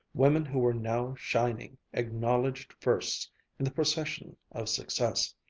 women who were now shining, acknowledged firsts in the procession of success.